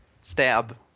stab